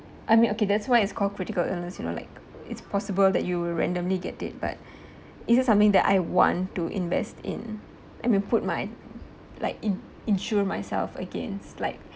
I mean okay that's why it's called critical illness you know like uh it's possible that you will randomly get it but is it something that I want to invest in and we put my like in~ insure myself against like